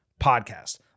podcast